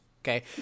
Okay